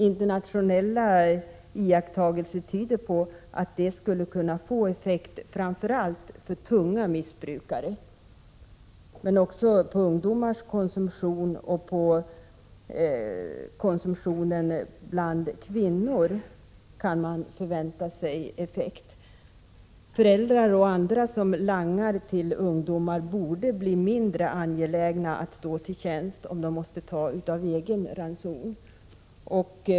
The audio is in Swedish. Internationella iakttagelser tyder på att det skulle kunna få effekt framför allt på tunga missbrukare. Också på ungdomars konsumtion och konsumtionen bland kvinnorna kan man förvänta sig effekt. Föräldrar och andra som langar till ungdomar borde bli mindre angelägna att stå till tjänst, om de måste ta av egen ranson.